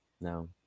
No